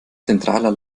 zentraler